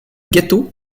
gâteau